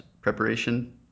preparation